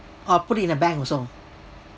or put it in a bank also